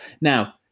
Now